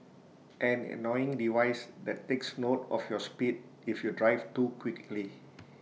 an annoying device that takes note of your speed if you drive too quickly